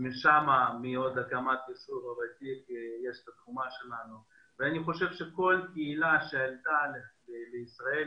אני חושב שכל קהילה שעלתה לישראל